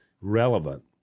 relevant